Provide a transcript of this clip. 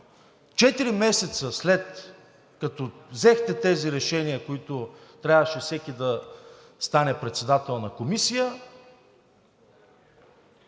четири месеца след като взехте тези решения, където всеки трябваше да стане председател на комисия,